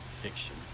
fiction